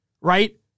right